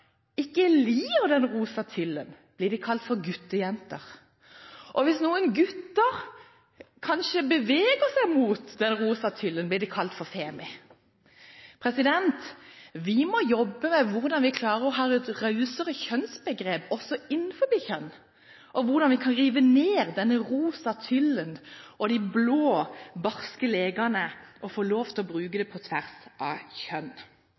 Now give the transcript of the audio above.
ikke liker den rosa tyllen, blir de kalt guttejenter. Og hvis noen gutter kanskje beveger seg mot den rosa tyllen, blir de kalt «femi». Vi må jobbe med hvordan vi kan klare å ha et rausere kjønnsbegrep også innenfor kjønn, og hvordan vi kan rive ned denne rosa tyllen og de blå barske lekene og få lov til å bruke det på tvers av kjønn.